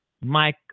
Mike